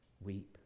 weep